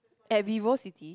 at Vivo-City